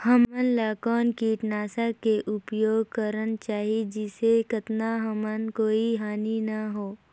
हमला कौन किटनाशक के उपयोग करन चाही जिसे कतना हमला कोई हानि न हो?